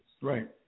Right